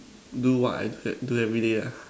do what I say do every day ah